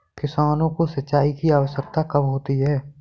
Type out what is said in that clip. किसानों को सिंचाई की आवश्यकता कब होती है?